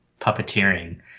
puppeteering